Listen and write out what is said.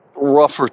Rougher